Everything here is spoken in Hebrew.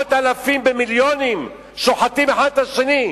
במאות אלפים, במיליונים, שוחטים אחד את השני.